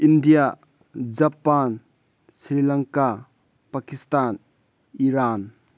India Japan Sri Lanka Pakistan Iran